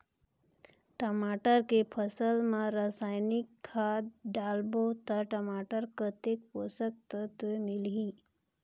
टमाटर के फसल मा रसायनिक खाद डालबो ता टमाटर कतेक पोषक तत्व मिलही?